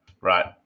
right